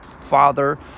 father